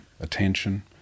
attention